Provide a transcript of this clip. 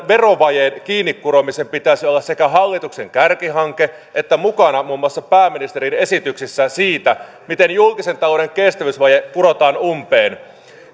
verovajeen kiinnikuromisen pitäisi olla sekä hallituksen kärkihanke että mukana muun muassa pääministerin esityksessä siitä miten julkisen talouden kestävyysvaje kurotaan umpeen